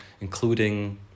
including